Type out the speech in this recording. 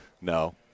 no